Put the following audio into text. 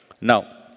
Now